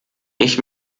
ich